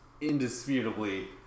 indisputably